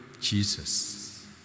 Jesus